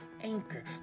Anchor